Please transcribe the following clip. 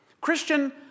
Christian